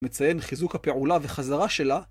מציין חיזוק הפעולה וחזרה שלה.